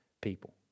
people